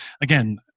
again